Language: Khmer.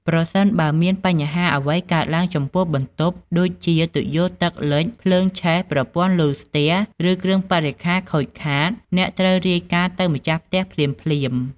ប្រសិនបើមានបញ្ហាអ្វីកើតឡើងចំពោះបន្ទប់ ដូចជាទុយោទឹកលេច ភ្លើងឆេះ ប្រព័ន្ធលូស្ទះ ឬគ្រឿងបរិក្ខារខូចខាត អ្នកត្រូវរាយការណ៍ទៅម្ចាស់ផ្ទះភ្លាមៗ។